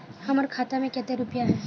हमर खाता में केते रुपया है?